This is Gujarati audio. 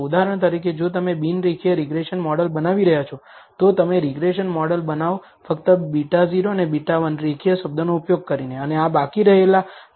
ઉદાહરણ તરીકે જો તમે બિન રેખીય રીગ્રેસન મોડેલ બનાવી રહ્યા છો તો તમે રીગ્રેસન મોડેલ બનાવો ફક્ત β0 અને β1 રેખીય શબ્દનો ઉપયોગ કરીને અને આ બાકી રહેલા નમૂના પર MSEની આગાહી કરી શકો છો